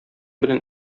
белән